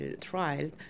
trial